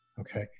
Okay